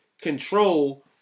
control